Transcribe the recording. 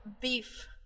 beef